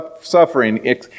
suffering